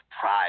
pride